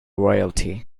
royalty